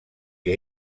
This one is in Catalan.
que